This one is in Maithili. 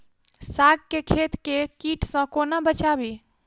साग केँ खेत केँ कीट सऽ कोना बचाबी?